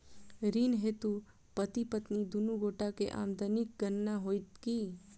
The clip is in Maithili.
ऋण हेतु पति पत्नी दुनू गोटा केँ आमदनीक गणना होइत की?